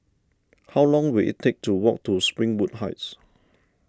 how long will it take to walk to Springwood Heights